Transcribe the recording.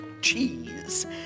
cheese